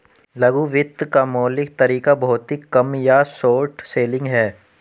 लघु वित्त का मौलिक तरीका भौतिक कम या शॉर्ट सेलिंग है